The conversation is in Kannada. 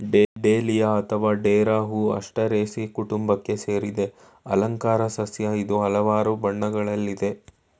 ಡೇಲಿಯ ಅತ್ವ ಡೇರಾ ಹೂ ಆಸ್ಟರೇಸೀ ಕುಟುಂಬಕ್ಕೆ ಸೇರಿದ ಅಲಂಕಾರ ಸಸ್ಯ ಇದು ಹಲ್ವಾರ್ ಬಣ್ಣಗಳಲ್ಲಯ್ತೆ